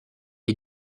est